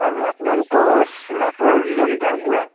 আৰু আপোনালোকৰ লাটৰ যিজন গাওঁবুঢ়া